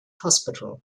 hospital